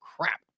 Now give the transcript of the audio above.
crap